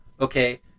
Okay